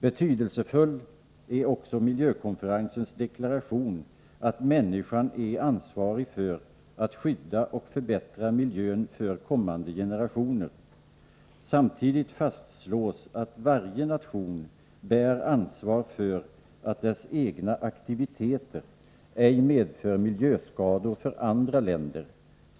Betydelsefull är också miljökonferensens deklaration att människan är ansvarig för att skydda och förbättra miljön för kommande generationer. Samtidigt fastslås att varje nation bär ansvar för att dess egna aktiviteter ej medför miljöskador för andra länder.